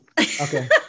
Okay